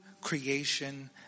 creation